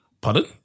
Pardon